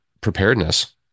preparedness